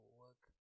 work